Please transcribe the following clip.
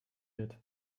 wird